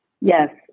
Yes